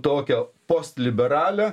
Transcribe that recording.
tokią post liberalią